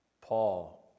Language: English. Paul